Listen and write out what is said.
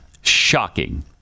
Shocking